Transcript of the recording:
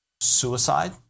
suicide